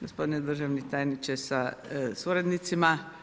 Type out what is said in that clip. Gospodine državni tajniče sa suradnicima.